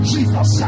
Jesus